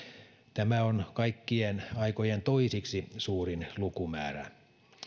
tämä on kaikkien aikojen toiseksi suurin lukumäärä